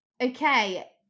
Okay